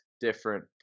different